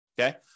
okay